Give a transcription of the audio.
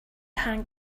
hang